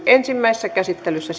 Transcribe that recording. ensimmäisessä käsittelyssä